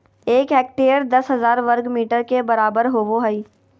एक हेक्टेयर दस हजार वर्ग मीटर के बराबर होबो हइ